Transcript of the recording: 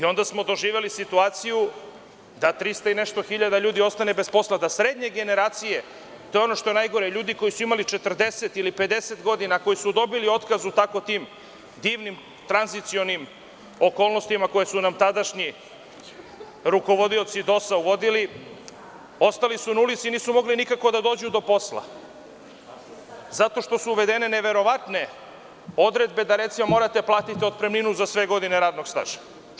Onda smo doživeli situaciju da 300 i nešto hiljada ljudi ostane bez posla, da srednje generacije, to je ono što je najgore, ljudi koji su imali 40 ili 50 godina, koji su dobili otkaz u tim divnim tranzicionim okolnostima koji su nam tadašnji rukovodioci DOS-a uvodili, ostali su na ulici i nisu mogli nikako da dođu do posla zato što su uvedene neverovatne odredbe da recimo, morate da platite otpremninu za sve godine radnog staža.